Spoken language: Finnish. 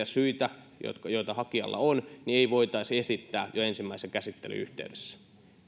syitä joita hakijalla on ei voitaisi esittää jo ensimmäisen käsittelyn yhteydessä